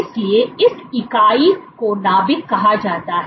इसलिए इस इकाई को नाभिक कहा जाता है